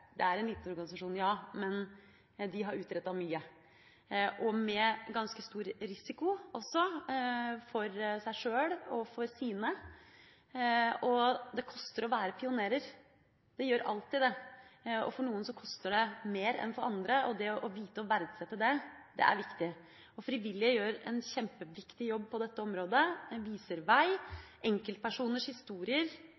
Det er en liten organisasjon, men de har utrettet mye, og med ganske stor risiko for seg sjøl og for sine. Det koster å være pionerer. Det gjør alltid det. For noen koster det mer enn for andre, og det å vite og verdsette det, er viktig. Frivillige gjør en kjempeviktig jobb på dette området, de viser